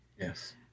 Yes